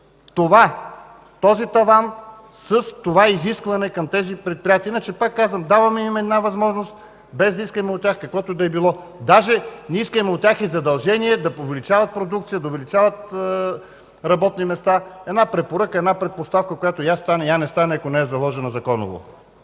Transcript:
това, този таван, с това изискване към тези предприятия. Иначе, пак казвам, даваме им една възможност без да искаме от тях каквото и да било. Даже не искаме от тях и задължение да увеличават продукция, да увеличават работни места. Една препоръка, една предпоставка, която я стане – я не стане, ако не е заложена законово.